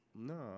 No